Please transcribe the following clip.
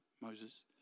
Moses